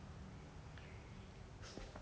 okay so 现在大换